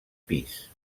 pis